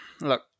Look